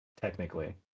Technically